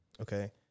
okay